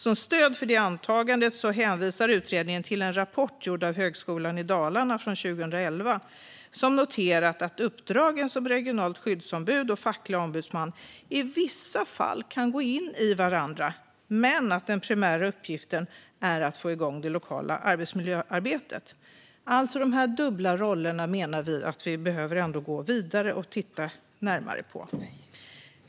Som stöd för detta antagande hänvisar utredningen till en rapport gjord av Högskolan Dalarna från 2011 som noterat att uppdragen som regionalt skyddsombud och facklig ombudsman i vissa fall kan gå in i varandra men att den primära uppgiften är att få igång det lokala arbetsmiljöarbetet. Vi menar att vi behöver gå vidare med att titta på dessa dubbla roller.